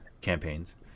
campaigns